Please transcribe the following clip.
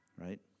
right